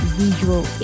visual